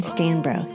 Stanbro